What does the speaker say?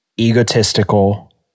egotistical